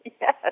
Yes